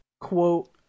Quote